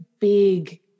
big